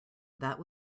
that